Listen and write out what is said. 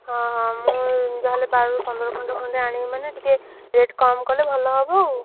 ହଁ ହଁ ମୁଁ ଯାହେଲେ ବାରରୁ ପନ୍ଦର ଖଣ୍ଡ ଖଣ୍ଡେ ଆଣିବି ମାନେ ଟିକେ ରେଟ୍ କମ୍ କଲେ ଭଲ ହେବ ଆଉ